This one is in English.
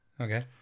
Okay